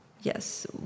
yes